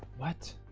what?